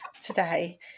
today